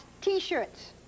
t-shirts